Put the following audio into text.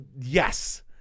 Yes